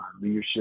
leadership